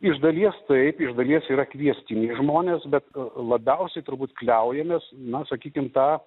iš dalies taip iš dalies yra kviestiniai žmonės bet labiausiai turbūt kliaujamės na sakykim ta